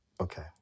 Okay